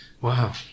Wow